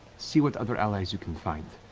see what other allies you can find.